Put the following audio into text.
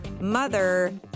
mother